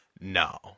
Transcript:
no